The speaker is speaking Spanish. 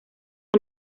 está